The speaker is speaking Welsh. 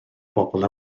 bobl